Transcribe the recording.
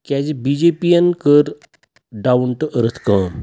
کیٛازِ B J P یَن کٔر ڈاوُن ٹُہ أرٕتھ کٲم